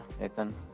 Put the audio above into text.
Nathan